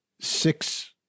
Six